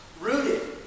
Rooted